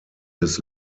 des